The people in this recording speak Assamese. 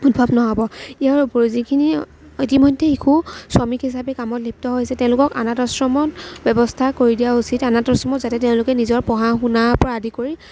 উদ্ভৱ নহ'ব ইয়াৰ উপৰি যিখিনি ইতিমধ্যে শিশু শ্ৰমিক হিচাপে কামত লিপ্ত হৈ আছে তেওঁলোকক অনাথ আশ্ৰমত ব্য়ৱস্থা কৰি দিয়া উচিত অনাথ আশ্ৰমত যাতে তেওঁলেকে নিজৰ পঢ়া শুনাৰ পৰা আদি কৰি